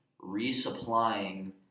resupplying